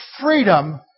freedom